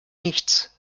nichts